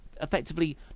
Effectively